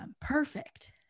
perfect